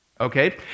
Okay